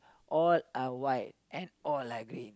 all are white and all are green